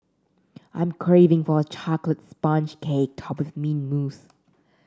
I'm craving for a chocolate sponge cake topped with mint mousse